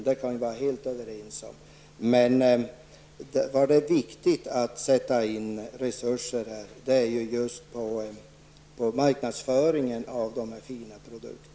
Men det är viktigt att sätta in resurser just på marknadsföringen av de här fina produkterna.